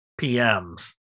PMs